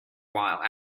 while